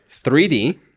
3d